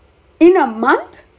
in a month